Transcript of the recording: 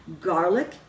Garlic